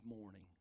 morning